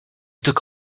took